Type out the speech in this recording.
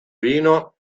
vino